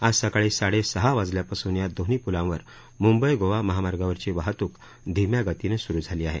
आज सकाळी साडेसहा वाजल्यापासून या दोन्ही प्लांवर म्ंबई गोवा महामार्गावरची वाहतूक धीम्या गतीनं स्रू झाली आहे